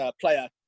player